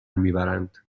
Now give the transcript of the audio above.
میبرند